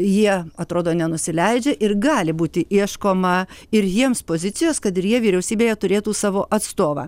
jie atrodo nenusileidžia ir gali būti ieškoma ir jiems pozicijos kad ir jie vyriausybėje turėtų savo atstovą